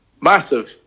massive